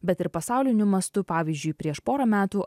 bet ir pasauliniu mastu pavyzdžiui prieš porą metų